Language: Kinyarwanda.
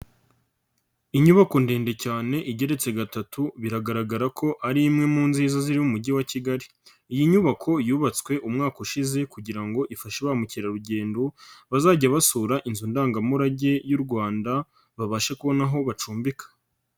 Inyubako ndende cyane igeretse gatatu, biragaragara ko ari imwe mu nziza ziri mu mujyi wa Kigali, iyi nyubako yubatswe umwaka ushize kugira ngo ifashe ba mukerarugendo, bazajya basura inzu ndangamurage y'u Rwanda, babashe kubona aho bacumbika.